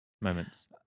moments